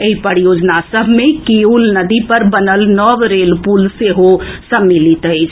एहि परियोजना सभ मे किऊल नदी पर बनल न नव रेल पुल सेहो सम्मिलित अछि